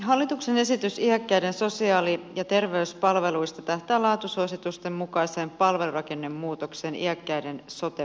hallituksen esitys iäkkäiden sosiaali ja terveyspalveluista tähtää laatusuositusten mukaiseen palvelurakennemuutokseen iäkkäiden sote palveluissa